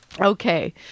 Okay